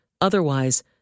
Otherwise